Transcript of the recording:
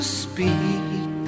speak